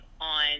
on